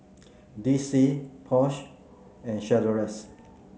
D C Porsche and Chateraise